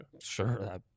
Sure